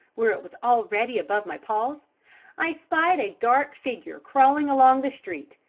where it was already above my paws i spied a dark figure crawling along the street,